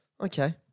Okay